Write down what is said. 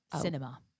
Cinema